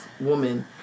woman